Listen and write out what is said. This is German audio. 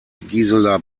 gisela